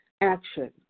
action